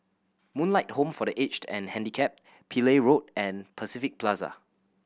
Moonlight Home for The Aged and Handicapped Pillai Road and Pacific Plaza